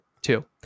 Two